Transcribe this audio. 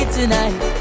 tonight